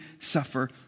suffer